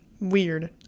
weird